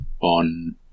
on